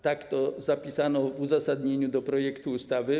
Tak to zapisano w uzasadnieniu projektu ustawy.